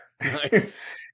Nice